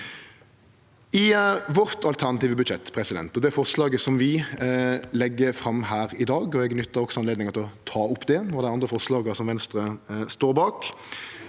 I vårt alternative budsjett og det forslaget vi legg fram her i dag – eg nyttar også anledninga til å ta opp det og dei andre forslaga Venstre står bak